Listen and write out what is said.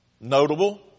notable